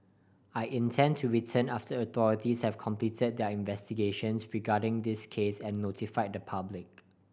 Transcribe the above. I intend to return after authorities have completed their investigations regarding this case and notify the public